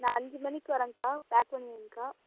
நான் அஞ்சு மணிக்கு வரேங்கா பேக் பண்ணி வைங்கா